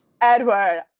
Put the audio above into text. Edward